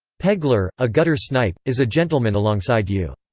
pegler, a gutter snipe, is a gentleman alongside you.